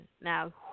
Now